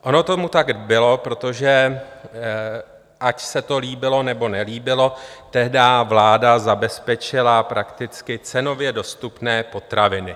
Ono tomu tak bylo, protože ať se to líbilo, nebo nelíbilo, tehdy vláda zabezpečila prakticky cenově dostupné potraviny.